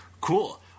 Cool